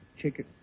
Chicken